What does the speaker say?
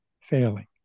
failing